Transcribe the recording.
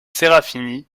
serafini